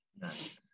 Nice